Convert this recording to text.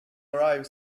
arrive